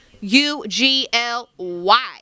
U-G-L-Y